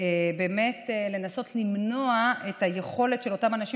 ובאמת לנסות למנוע את היכולת של אותם אנשים